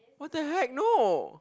what the heck no